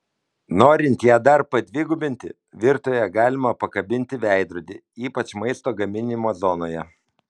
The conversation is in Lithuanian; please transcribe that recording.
norint ją dar padvigubinti virtuvėje galima pakabinti veidrodį ypač maisto gaminimo zonoje